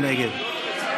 מי נגד?